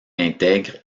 intègre